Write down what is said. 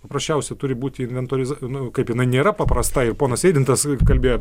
paprasčiausia turi būti inventoriza nu kaip jinai nėra paprasta ir ponas eidintas kalbėjo